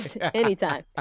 Anytime